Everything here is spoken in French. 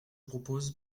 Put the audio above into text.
propose